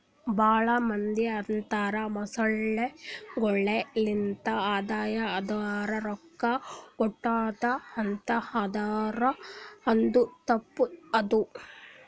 ಭಾಳ ಮಂದಿ ಅಂತರ್ ಮೊಸಳೆಗೊಳೆ ಲಿಂತ್ ಆದಾಯ ಅಂದುರ್ ರೊಕ್ಕಾ ಬರ್ಟುದ್ ಅಂತ್ ಆದುರ್ ಅದು ತಪ್ಪ ಅದಾ